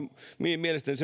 mielestäni